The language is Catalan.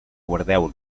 guardeu